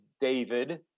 David